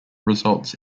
results